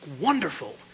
wonderful